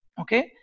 okay